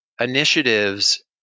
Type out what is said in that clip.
initiatives